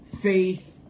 faith